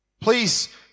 Please